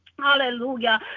Hallelujah